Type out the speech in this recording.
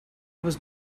was